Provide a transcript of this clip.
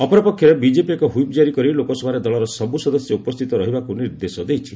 ଅପରପକ୍ଷରେ ବିଜେପି ଏକ ହ୍ୱିପ୍ ଜାରି କରି ଲୋକସଭାରେ ଦଳର ସବୁ ସଦସ୍ୟ ଉପସ୍ଥିତ ରହିବାକୁ ନିର୍ଦ୍ଦେଶ ଦେଇଛି